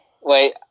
Wait